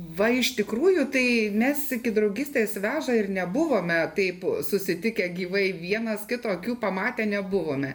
va iš iš tikrųjų tai mes iki draugystės veža ir nebuvome taip susitikę gyvai vienas kito akių pamatę nebuvome